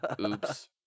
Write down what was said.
Oops